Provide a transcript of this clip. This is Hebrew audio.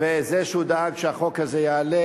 וזה שהוא דאג שהחוק הזה יעלה,